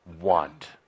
want